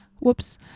whoops